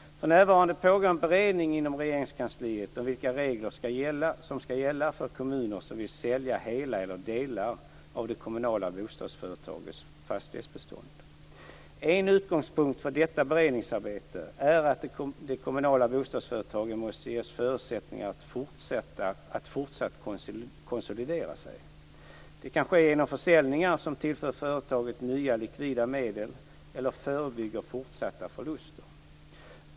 För närvarande pågår en beredning inom Regeringskansliet om vilka regler som skall gälla för kommuner som vill sälja hela eller delar av det kommunala bostadsföretagets fastighetsbestånd. En utgångspunkt för detta beredningsarbete är att de kommunala bostadsföretagen måste ges förutsättningar att fortsatt konsolidera sig. Det kan ske genom försäljningar som tillför företagen nya likvida medel eller som förebygger fortsatta förluster.